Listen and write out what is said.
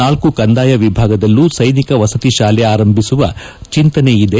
ನಾಲ್ಕು ಕಂದಾಯ ವಿಭಾಗದಲ್ಲೂ ಸೈನಿಕ ವಸತಿ ಶಾಲೆ ಆರಂಭಿಸುವ ಚೆಂತನೆ ಇದೆ